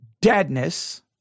deadness